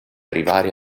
arrivare